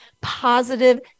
positive